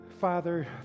Father